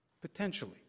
potentially